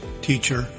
teacher